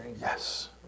Yes